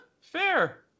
fair